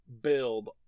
build